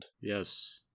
Yes